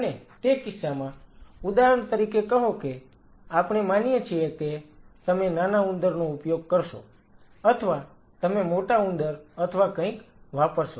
અને તે કિસ્સામાં ઉદાહરણ તરીકે કહો કે આપણે માનીએ છીએ કે તમે નાના ઉંદર નો ઉપયોગ કરશો અથવા તમે મોટા ઉંદર અથવા કંઈક વાપરશો